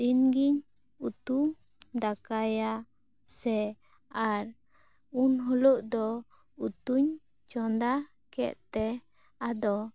ᱫᱤᱱ ᱜᱤ ᱤᱧ ᱩᱛᱩ ᱫᱟᱠᱟᱭᱟ ᱥᱮ ᱟᱨ ᱩᱱᱦᱤᱞᱳᱜ ᱫᱚ ᱪᱚᱸᱫᱟ ᱠᱮᱫᱛᱮ